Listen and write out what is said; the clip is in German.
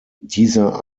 dieser